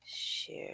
share